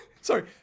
Sorry